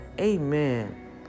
Amen